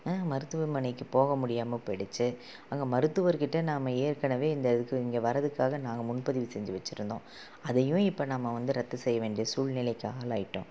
ஆ மருத்துவமனைக்கு போக முடியாமல் போயிடுச்சு அங்கே மருத்துவருக்கிட்ட நாம் ஏற்கனவே இந்த இதுக்கு இங்கே வரதுக்காக நாங்கள் முன் பதிவு செஞ்சு வச்சுருந்தோம் அதையும் இப்போ நம்ம வந்து ரத்து செய்ய வேண்டிய சூழ்நிலைக்கு ஆளாகிட்டோம்